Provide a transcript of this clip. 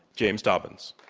james dobbins.